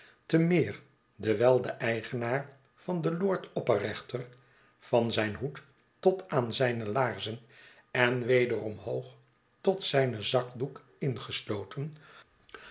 te meer dewijl de eigenaar van den lord opperrechter van zijn hoed tot aan zijne laarzen en weder omhoog tot zijn zakdoekingesloten